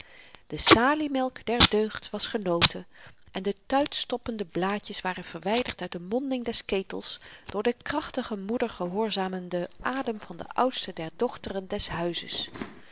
de saliemelk der deugd was genoten en de tuitstoppende blaadjes waren verwyderd uit de monding des ketels door den krachtigen moeder gehoorzamenden adem van de oudste der dochteren des huizes